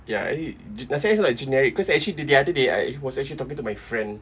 ya actually it's not generic because actually the the other day I was actually talking to my friend